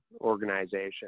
organization